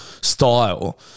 style